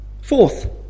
Fourth